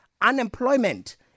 Unemployment